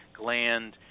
gland